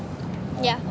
yeah